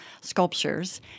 sculptures